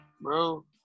bro